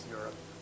Europe